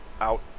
out